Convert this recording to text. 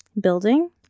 building